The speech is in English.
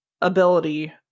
ability